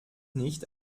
nicht